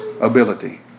ability